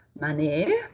money